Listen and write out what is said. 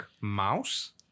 mouse